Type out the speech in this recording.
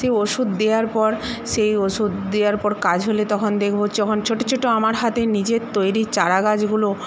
সেই ওষুধ দেওয়ার পর সেই ওষুধ দেওয়ার পর কাজ হলে তখন দেখবো যখন ছোটো ছোটো আমার হাতে নিজের তৈরি চারাগাছগুলো